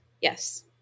Yes